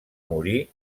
morir